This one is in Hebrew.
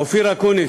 אופיר אקוניס,